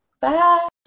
Bye